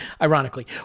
ironically